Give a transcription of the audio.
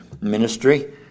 ministry